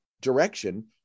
direction